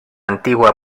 antigua